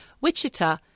Wichita